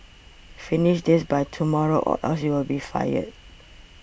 finish this by tomorrow or else you'll be fired